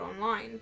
online